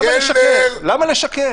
למה לשקר.